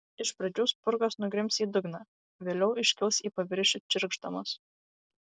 iš pradžių spurgos nugrims į dugną vėliau iškils į paviršių čirkšdamos